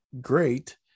great